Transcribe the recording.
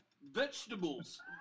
Vegetables